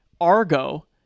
Argo